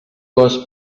gos